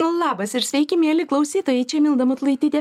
labas ir sveiki mieli klausytojai čia milda matulaitytė